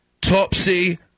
Topsy